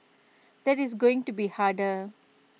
that is going to be harder